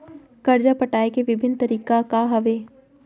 करजा पटाए के विभिन्न तरीका का हवे?